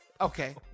Okay